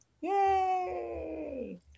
yay